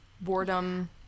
boredom